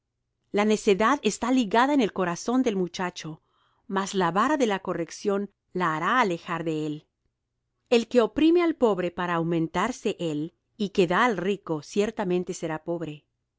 la necedad está ligada en el corazón del muchacho mas la vara de la corrección la hará alejar de él el que oprime al pobre para aumentarse él y que da al rico ciertamente será pobre